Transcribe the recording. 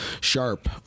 sharp